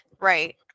Right